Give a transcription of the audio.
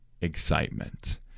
excitement